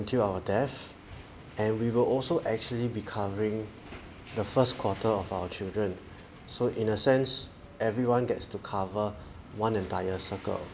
until our death and we will also actually be covering the first quarter of our children so in a sense everyone gets to cover one entire circle